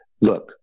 Look